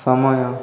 ସମୟ